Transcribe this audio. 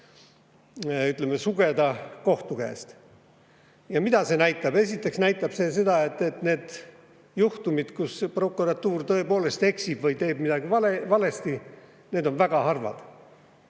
ütleme, sugeda kohtu käest. Mida see näitab? Esiteks näitab see seda, et need juhtumid, kus prokuratuur tõepoolest eksib või teeb midagi valesti, on väga harvad.